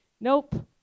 nope